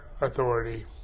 authority